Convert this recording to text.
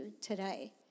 today